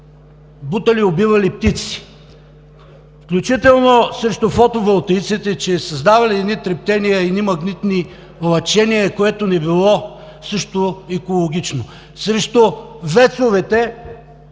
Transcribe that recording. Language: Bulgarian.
бутали, убивали птици, включително срещу фотоволтаиците, че създавали едни трептения, едни магнитни лъчения, което не било също екологично, срещу ВЕЦ-овете,